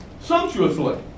sumptuously